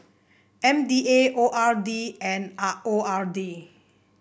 M D A O R D and R O R D